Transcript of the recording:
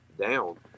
down